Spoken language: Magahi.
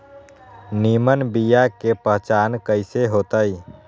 निमन बीया के पहचान कईसे होतई?